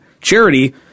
charity